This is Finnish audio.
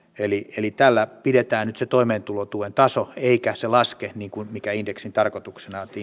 eli eli tällä pidetään nyt se toimeentulotuen taso eikä se laske niin kuin on indeksin tarkoituksena että